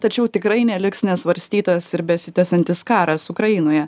tačiau tikrai neliks nesvarstytas ir besitęsiantis karas ukrainoje